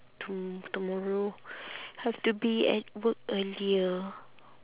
to tomorrow have to be at work earlier